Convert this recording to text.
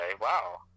wow